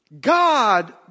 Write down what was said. God